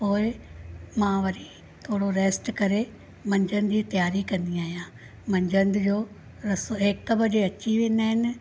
पोए मां वरी थोरो रेस्ट करे मंझंदि जी तयारी कंदी आहियां मंझंदि जो रसोई हिकु बजे अची वेंदा आहिनि